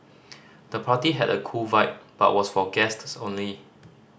the party had a cool vibe but was for guests only